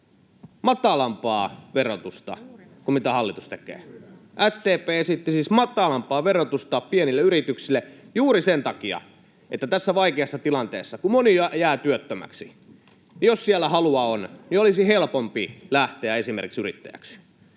matalampaa verotusta kuin mitä hallitus tekee. SDP esitti siis matalampaa verotusta pienille yrityksille, juuri sen takia, että kun tässä vaikeassa tilanteessa moni jää työttömäksi, niin jos siellä halua on, olisi helpompi lähteä esimerkiksi yrittäjäksi.